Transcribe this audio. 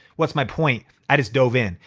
what's my point? i just dove in.